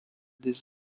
des